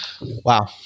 Wow